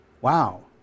wow